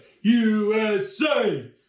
USA